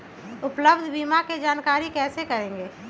उपलब्ध बीमा के जानकारी कैसे करेगे?